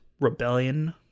rebellion